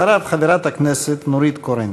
אחריו, חברת הכנסת נורית קורן.